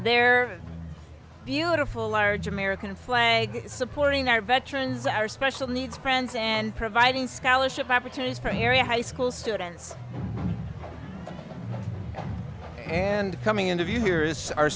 their beautiful large american flag supporting our veterans our special needs friends and providing scholarship opportunities for harry high school students and coming into view here is our